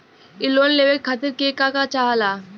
इ लोन के लेवे खातीर के का का चाहा ला?